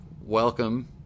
Welcome